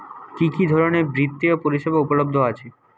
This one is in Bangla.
কি কি ধরনের বৃত্তিয় পরিসেবা উপলব্ধ আছে?